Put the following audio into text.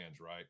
right